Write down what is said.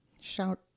shout